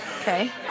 Okay